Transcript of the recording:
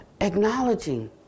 acknowledging